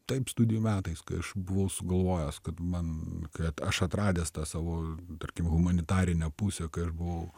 taip studijų metais kai aš buvau sugalvojęs kad man kad aš atradęs tą savo tarkim humanitarinę pusę kai aš buvau